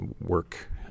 work